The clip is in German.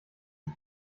ich